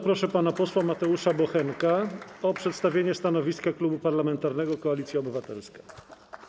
Proszę pana posła Mateusza Bochenka o przedstawienie stanowiska Klubu Parlamentarnego Koalicja Obywatelska.